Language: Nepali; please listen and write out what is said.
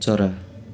चरा